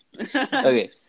Okay